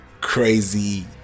crazy